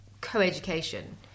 co-education